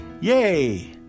Yay